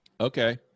Okay